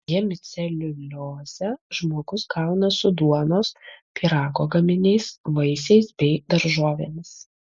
hemiceliuliozę žmogus gauna su duonos pyrago gaminiais vaisiais bei daržovėmis